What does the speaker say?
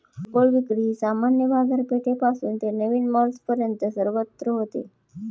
किरकोळ विक्री सामान्य बाजारपेठेपासून ते नवीन मॉल्सपर्यंत सर्वत्र होते